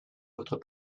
votre